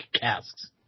casks